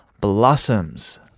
blossoms